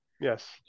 Yes